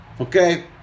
Okay